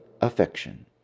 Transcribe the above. affection